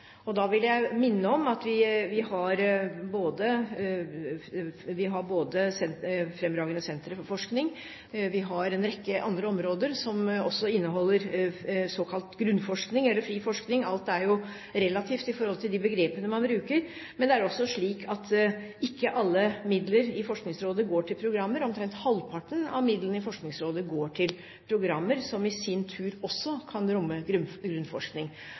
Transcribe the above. Da vil jeg minne om at vi har fremragende senterforskning, og vi har en rekke andre områder som også inneholder såkalt grunnforskning, eller fri forskning. Alt er jo relativt i forhold til de begrepene man bruker, men det er også slik at ikke alle midler i Forskningsrådet går til programmer. Omtrent halvparten av midlene i Forskningsrådet går til programmer som i sin tur også kan romme grunnforskning.